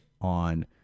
on